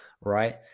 right